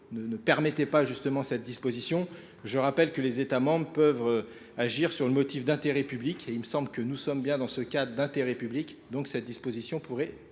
ne permettait pas justement cette disposition. Je rappelle que les États membres peuvent agir sur le motif d'intérêt public et il me semble que nous sommes bien dans ce cadre d'intérêt public, donc cette disposition pourrait tout